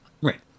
Right